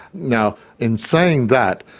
now, in saying that,